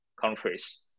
countries